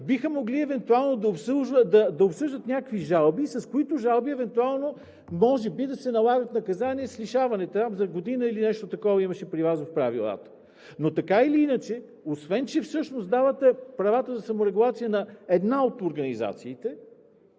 евентуално да обсъждат някакви жалби, с които жалби може би да се налага наказание с лишаване – там за година, или нещо такова имаше при Вас, в правилата?! Но така или иначе, освен че давате правата за саморегулация в момента на една от организациите,